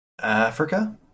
Africa